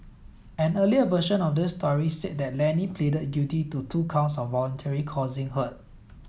an earlier version of this story said that Lenny pleaded guilty to two counts of voluntarily causing hurt